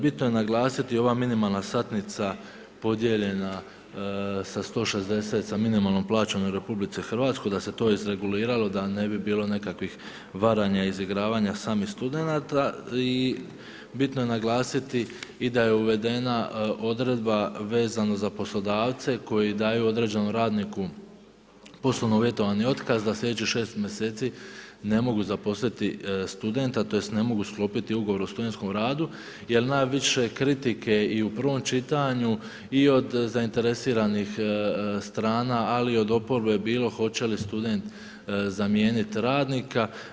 Bitno je naglasiti i ova minimalna satnica podijeljena sa 160 sa minimalnom plaćom u Republici Hrvatskoj da se to izreguliralo da ne bi bilo nekakvih varanja izigravanja samih studenata i bitno je naglasiti i da je uvedena odredba vezana za poslodavce koji daju određenom radniku poslovno uvjetovani otkaz da sljedećih 6 mjeseci ne mogu zaposliti studenta tj. ne mogu sklopiti ugovor o studentskom radu jer najviše kritike i u prvom čitanju i od zainteresiranih strana, ali i od oporbe bilo hoće li student zamijeniti radnika.